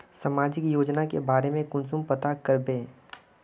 सामाजिक योजना के बारे में कुंसम पता करबे?